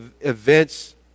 events